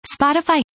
Spotify